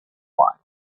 one